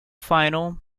final